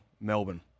Melbourne